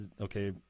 Okay